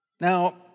Now